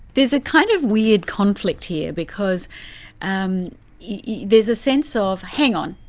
there's a kind of weird conflict here because um yeah there's a sense of, hang on,